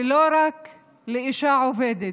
ולא רק לאישה עובדת,